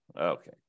Okay